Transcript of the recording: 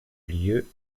lieu